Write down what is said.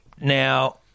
Now